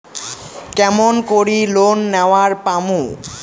কেমন করি লোন নেওয়ার পামু?